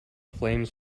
flames